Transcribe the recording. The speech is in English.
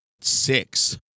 six